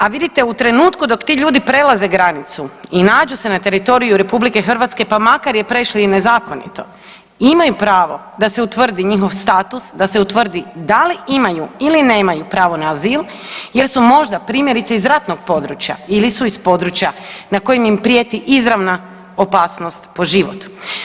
A vidite u trenutku dok ti ljudi prelaze granicu i nađu se na teritoriju RH, pa makar je prešli i nezakonito imaju pravo da se utvrdi njihov status, da se utvrdi da li imaju ili nemaju pravo na azil il su možda primjerice iz ratnog područja ili su iz područja na kojem im prijeti izravna opasnost po život.